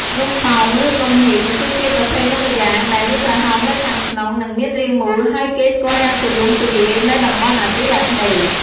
នំប៉ោង ឬ នំហុីង គឺជាប្រភេទនំម្យ៉ាង ដែលមានប្រហោងនៅខាងក្នុង និងមានរាងមូល ហើយគេស្គាល់យ៉ាងទូលំទូលាយនៅតំបន់អាស៊ីអាគ្នេយ៍។